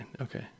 okay